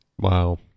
Wow